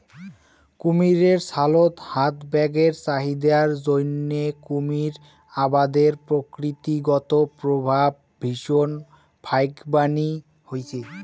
কুমীরের ছালত হাত ব্যাগের চাহিদার জইন্যে কুমীর আবাদের প্রকৃতিগত প্রভাব ভীষণ ফাইকবানী হইচে